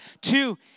Two